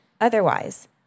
Otherwise